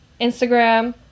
Instagram